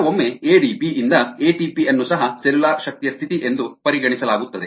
ಕೆಲವೊಮ್ಮೆ ಎಡಿಪಿ ಯಿಂದ ಎಟಿಪಿ ಅನ್ನು ಸಹ ಸೆಲ್ಯುಲಾರ್ ಶಕ್ತಿಯ ಸ್ಥಿತಿ ಎಂದು ಪರಿಗಣಿಸಲಾಗುತ್ತದೆ